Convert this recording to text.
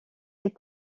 est